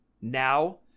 now